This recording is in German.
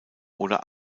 oder